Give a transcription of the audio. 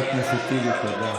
סוף-סוף זה גלוי.